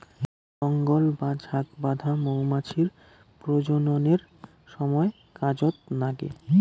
দঙ্গল বা ঝাঁক বাঁধা মৌমাছির প্রজননের সমায় কাজত নাগে